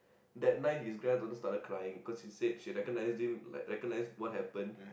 that night his granddaughter started crying cause he said she recognised him recognised what happen